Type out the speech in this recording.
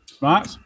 Right